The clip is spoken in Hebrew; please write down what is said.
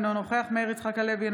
אינו נוכח מאיר יצחק הלוי,